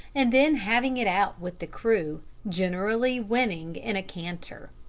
and then having it out with the crew, generally winning in a canter.